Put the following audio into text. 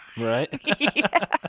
right